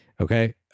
Okay